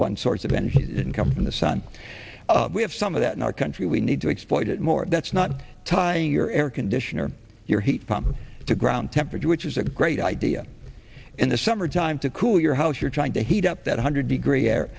one source of energy can come from the sun we have some of that in our country we need to exploit it more that's not tying your air conditioner your heat pump to ground temperature which is a great idea in the summertime to cool your house you're trying to heat up that one hundred degree air